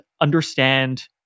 understand